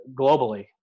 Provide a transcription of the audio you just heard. globally